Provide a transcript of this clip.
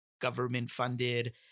government-funded